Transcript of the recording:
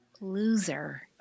loser